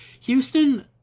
Houston